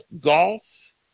golf